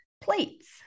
plates